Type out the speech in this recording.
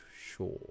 sure